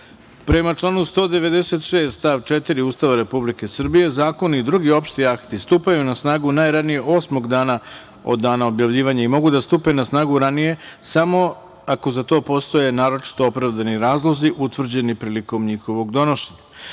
članu 196. stav 4. Ustava Republike Srbije, zakoni i drugi opšti akti stupaju na snagu najranije osmog dana od dana objavljivanja i mogu da stupe na snagu ranije samo ako za to postoje naročito opravdani razlozi utvrđeni prilikom njihovog donošenja. Stavljam